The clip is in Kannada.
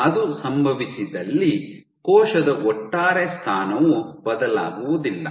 ಅದು ಸಂಭವಿಸಿದಲ್ಲಿ ಕೋಶದ ಒಟ್ಟಾರೆ ಸ್ಥಾನವು ಬದಲಾಗುವುದಿಲ್ಲ